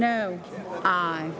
no i